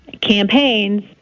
campaigns